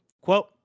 Quote